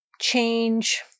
change